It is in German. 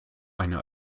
eine